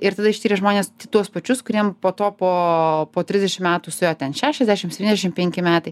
ir tada ištyrė žmones tuos pačius kuriem po to po po trisdešim metų suėjo ten šešiasdešim septyniasdešim penki metai